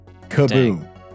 kaboom